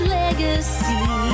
legacy